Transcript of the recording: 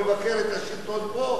מבקר את השלטון פה,